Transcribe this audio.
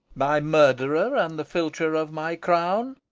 my murderer and the filcher of my crown?